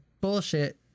bullshit